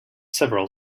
several